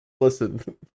Listen